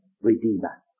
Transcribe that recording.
redeemer